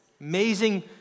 Amazing